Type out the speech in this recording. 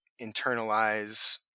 internalize